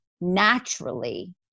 naturally